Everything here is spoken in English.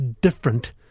different